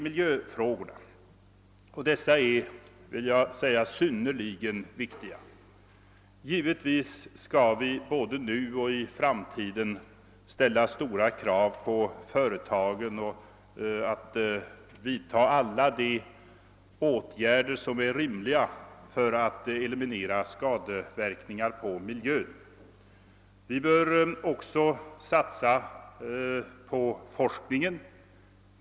Miljöfrågorna är synnerligen viktiga. Givetvis skall vi både nu och i framtiden ställa stora krav på företagen att vidta alla rimliga åtgärder för att eliminera skadeverkningar på miljön. Vi bör också satsa på forskningen.